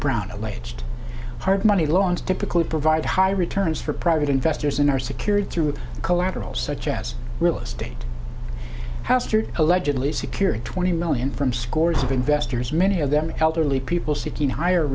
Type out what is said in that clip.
just hard money loans typically provide high returns for private investors in our security through collateral such as real estate house allegedly secured twenty million from scores of investors many of them elderly people seeking higher